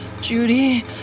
Judy